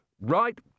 Right